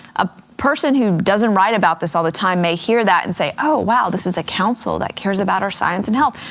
a person who doesn't write about this all the time may hear that and say, oh wow this is a council that cares about out science and health.